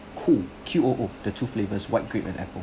qoo Q O O the two flavors white grape and apple